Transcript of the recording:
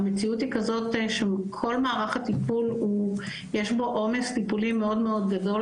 המציאות היא כזו שבכל מערך הטיפול יש עומס טיפולים מאוד מאוד גדול